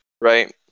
right